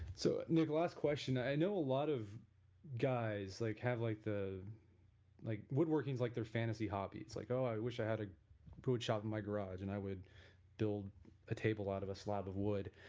so nick last question, i know a lot of guys like have like the like woodworking is like their fantasy hobby, it's like, oh i wish i had a food shop in my garage and i would build a table out of a slab of wood.